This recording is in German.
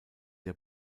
der